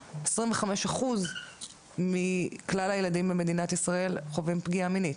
ש-25% מכלל הילדים במדינת ישראל חווים פגיעה מינית.